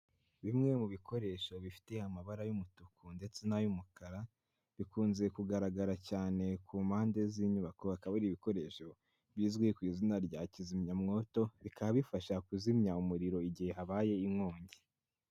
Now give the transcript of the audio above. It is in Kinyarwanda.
Bimwe mu bikoresho bifite amabara y'umutuku ndetse n'ay'umukara, bikunze kugaragara cyane ku mpande z'inyubako, akaba ari ibikoresho bizwi ku izina rya kizimyamwoto, bikaba bifasha kuzimya umuriro igihe habaye inkongi.